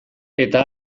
eta